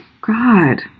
God